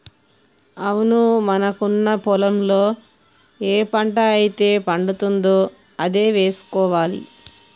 అవును మనకున్న పొలంలో ఏ పంట అయితే పండుతుందో అదే వేసుకోవాలి